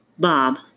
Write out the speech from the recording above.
Bob